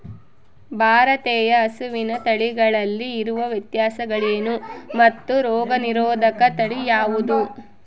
ಭಾರತೇಯ ಹಸುವಿನ ತಳಿಗಳಲ್ಲಿ ಇರುವ ವ್ಯತ್ಯಾಸಗಳೇನು ಮತ್ತು ರೋಗನಿರೋಧಕ ತಳಿ ಯಾವುದು?